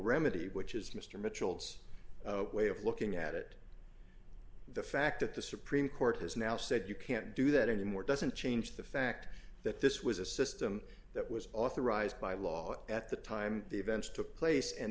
remedy which is mr mitchell's way of looking at it the fact that the supreme court has now said you can't do that anymore doesn't change the fact that this was a system that was authorized by law at the time the events took place and